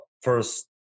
first